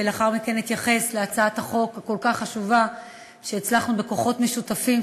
ולאחר מכן אתייחס להצעת החוק הכל-כך חשובה שהצלחנו בכוחות משותפים,